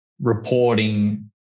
reporting